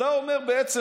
ואתה אומר בעצם,